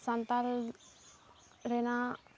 ᱥᱟᱱᱛᱟᱲ ᱨᱮᱱᱟᱜ